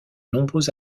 nombreux